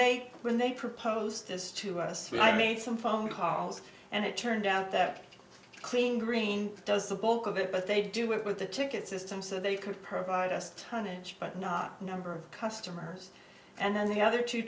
they when they proposed as to us when i made some phone calls and it turned out that clean green does the bulk of it but they do it with the ticket system so they could provide us tonnage but not number of customers and then the other two